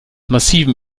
massivem